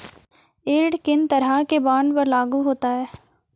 Yield किन तरह के बॉन्ड पर लागू होता है?